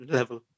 level